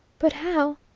but how